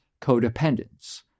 codependence